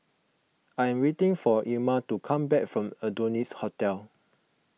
I am waiting for Ilma to come back from Adonis Hotel